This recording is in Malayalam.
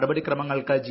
നടപടിക്രമങ്ങൾക്ക് ജി